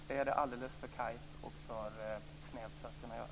Det är det alldeles för kargt och snävt för att kunna göra.